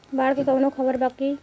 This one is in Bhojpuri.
बाढ़ के कवनों खबर बा की?